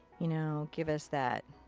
you know, give us that.